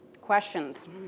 Questions